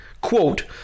Quote